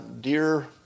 Dear